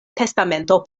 testamento